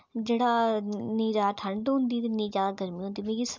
नेईं ज्यादा ठंड होंदी ते नेईं ज्यादा गर्मी होंदी मिगी